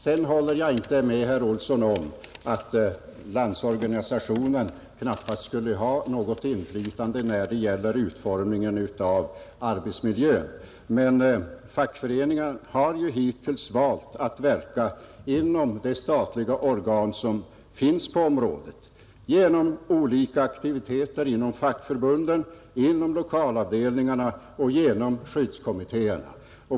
Jag håller inte med herr Olsson i Stockholm om att Landsorganisationen knappast skulle ha något inflytande när det gäller utformningen av arbetsmiljön. Fackföreningarna har emellertid valt att verka inom det statliga organet på detta område, genom olika aktiviteter inom fackförbunden och lokalavdelningarna och via skyddskommittéerna.